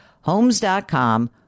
Homes.com